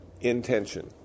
intention